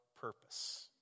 purpose